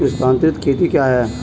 स्थानांतरित खेती क्या है?